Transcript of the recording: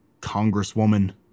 congresswoman